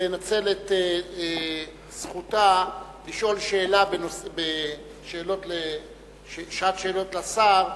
תנצל את זכותה לשאול שאלה בשעת שאלות לשר,